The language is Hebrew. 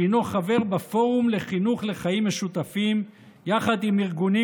שהינו חבר בפורום לחינוך לחיים משותפים יחד עם ארגונים